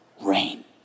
rain